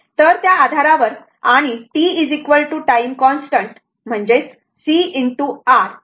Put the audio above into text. तर त्या आधारावर आणि τ टाइम कॉन्स्टन्ट म्हणजे C R आहे